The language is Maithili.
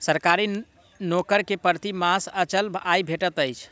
सरकारी नौकर के प्रति मास अचल आय भेटैत अछि